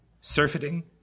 surfeiting